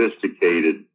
sophisticated